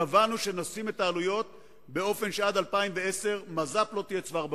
קבענו שנשים את העלויות באופן שעד 2010 מז"פ לא תהיה צוואר בקבוק.